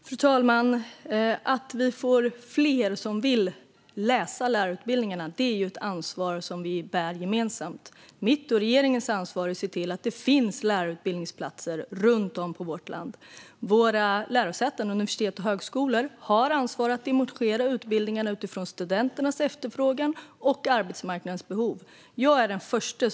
Fru talman! Att få fler som vill läsa lärarutbildningarna är ett ansvar som vi bär gemensamt. Mitt och regeringens ansvar är att se till att det finns lärarutbildningsplatser runt om i vårt land. Våra lärosäten - universitet och högskolor - har ansvar för att dimensionera utbildningarna utifrån studenternas efterfrågan och arbetsmarknadens behov.